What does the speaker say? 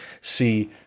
see